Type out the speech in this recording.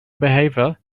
behavior